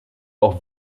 auch